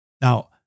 Now